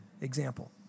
example